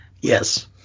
yes